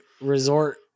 resort